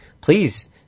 please